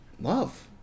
love